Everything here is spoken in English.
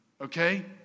okay